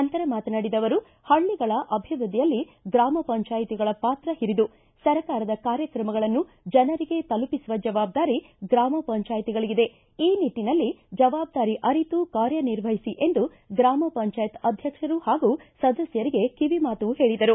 ನಂತರ ಮಾತನಾಡಿದ ಅವರು ಪಳ್ಳಿಗಳ ಅಭಿವೃದ್ಧಿಯಲ್ಲಿ ಗ್ರಾಮ ಪಂಜಾಯತಿಗಳ ಪಾತ್ರ ಹಿರಿದು ಸರ್ಕಾರದ ಕಾರ್ಯಕ್ರಮಗಳನ್ನು ಜನರಿಗೆ ತಲುಪಿಸುವ ಜವಾಬ್ದಾರಿ ಗ್ರಾಮ ಪಂಚಾಯತಿಗಳಿಗಿದೆ ಈ ನಿಟ್ಟನಲ್ಲಿ ಜವಾಬ್ದಾರಿ ಅರಿತು ಕಾರ್ಯ ನಿರ್ವವಹಿಸಿ ಎಂದು ಗ್ರಾಮ ಪಂಚಾಯತ್ ಅಧ್ವಕ್ಷರು ಪಾಗೂ ಸದಸ್ಕರಿಗೆ ಕಿವಿ ಮಾತು ಹೇಳಿದರು